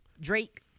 Drake